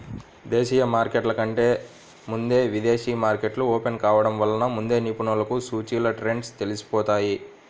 దేశీయ మార్కెట్ల కంటే ముందే విదేశీ మార్కెట్లు ఓపెన్ కావడం వలన ముందే నిపుణులకు సూచీల ట్రెండ్స్ తెలిసిపోతాయి